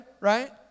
right